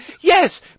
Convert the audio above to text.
Yes